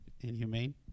Inhumane